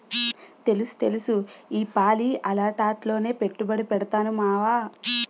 తెలుస్తెలుసు ఈపాలి అలాటాట్లోనే పెట్టుబడి పెడతాను మావా